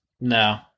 No